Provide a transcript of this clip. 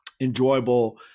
enjoyable